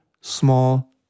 small